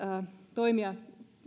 toimia